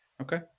Okay